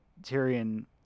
Tyrion